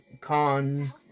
Con